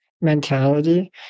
mentality